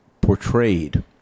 portrayed